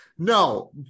No